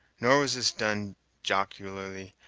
nor was this done jocularly,